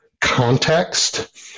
context